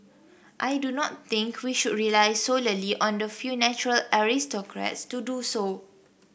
I do not think we should rely solely on the few natural aristocrats to do so